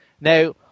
Now